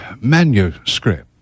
manuscript